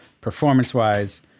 performance-wise